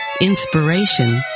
inspiration